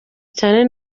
cyane